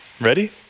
Ready